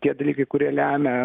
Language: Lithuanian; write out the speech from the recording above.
tie dalykai kurie lemia